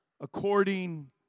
according